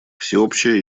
всеобщее